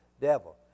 devil